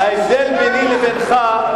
ההבדל ביני לבינך,